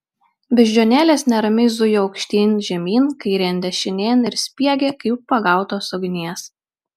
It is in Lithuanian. beždžionėlės neramiai zujo aukštyn žemyn kairėn dešinėn ir spiegė kaip pagautos ugnies